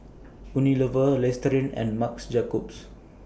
Unilever Listerine and Marc's Jacobs